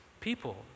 people